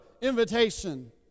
invitation